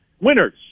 winners